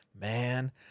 Man